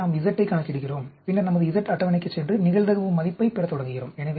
எனவே நாம் Z ஐக் கணக்கிடுகிறோம் பின்னர் நமது Z அட்டவணைக்குச் சென்று நிகழ்தகவு மதிப்பைப் பெறத் தொடங்குகிறோம்